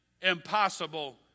impossible